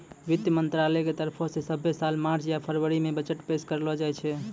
वित्त मंत्रालय के तरफो से सभ्भे साल मार्च या फरवरी मे बजट पेश करलो जाय छै